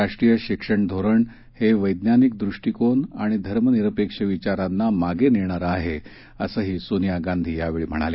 राष्ट्रीय शिक्षण धोरण हे वैद्यानिक दृष्टीकोन आणि धर्मनिरपेक्ष विचारांना मागे नेणारं आहे असंही सोनिया गांधी यावेळी म्हणाल्या